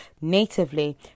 natively